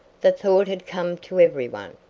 the thought had come to every one,